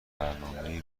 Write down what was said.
برنامهای